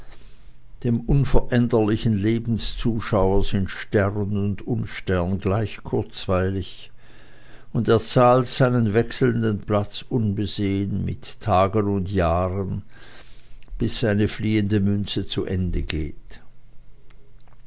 dem unveränderlichen lebenszuschauer sind stern und unstern gleich kurzweilig und er zahlt seinen wechselnden platz unbesehen mit tagen und jahren bis seine fliehende münze zu ende geht